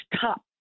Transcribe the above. top